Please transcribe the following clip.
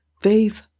Faith